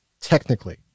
technically